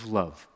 love